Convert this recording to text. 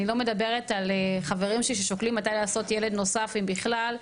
אני לא מדברת על חברים ששואלים מתי לעשות ילד נוסף אם בכלל,